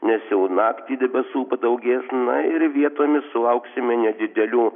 nes jau naktį debesų padaugės na ir vietomis sulauksime nedidelių